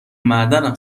معدنم